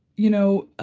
you know,